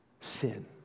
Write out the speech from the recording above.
sin